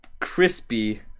crispy